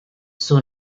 suo